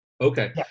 Okay